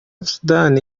sudan